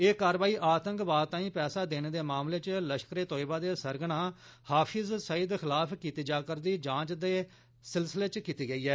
एह् कारवाई आतंकवाद तांई पैसा देने दे मामले च लश्करे तौयबा दे सरगना हाफिज़ सईद खिलाफ कीती जा'रदी जांच दे सिलसिले च कीती गेई ऐ